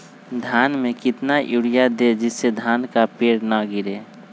धान में कितना यूरिया दे जिससे धान का पेड़ ना गिरे?